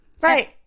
Right